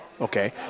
Okay